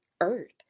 earth